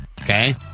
okay